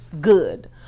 good